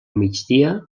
migdia